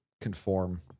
conform